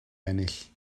ennill